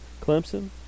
Clemson